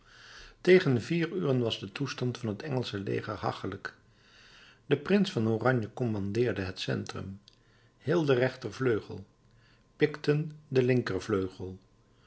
tegen vier uren was de toestand van het engelsche leger hachelijk de prins van oranje commandeerde het centrum hill den rechtervleugel picton den